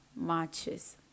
matches